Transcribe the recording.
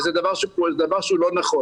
וזה דבר שהוא לא נכון.